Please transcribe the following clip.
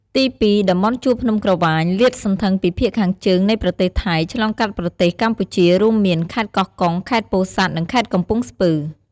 ទីពីរ តំបន់ជួរភ្នំក្រវាញ លាតសន្ធឹងពីភាគខាងជើងនៃប្រទេសថៃ ឆ្លងកាត់ប្រទេសកម្ពុជា រួមមាន ខេត្តកោះកុង ខេត្តពោធិ៍សាត់ និងខេត្តកំពង់ស្ពឺ។